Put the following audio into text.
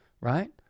Right